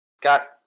Got